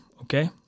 okay